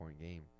game